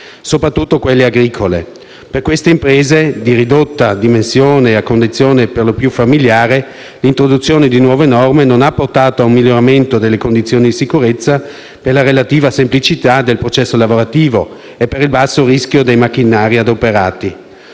soprattutto quelle agricole. Per queste imprese di ridotta dimensione e a conduzione perlopiù familiare, l'introduzione di nuove norme non ha portato a un miglioramento delle condizioni di sicurezza per la relativa semplicità del processo lavorativo e per il basso rischio dei macchinari adoperati.